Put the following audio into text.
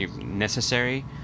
necessary